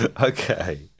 Okay